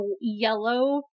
yellow